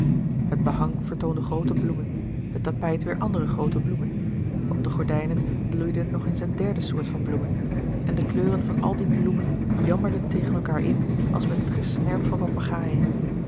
het behang vertoonde groote bloemen het tapijt weêr andere groote bloemen op de gordijnen bloeiden nog eens een derde soort van bloemen en de kleuren van al die bloemen jammerden tegen elkaâr in als met het gesnerp van papegaaien